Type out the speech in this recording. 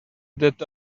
that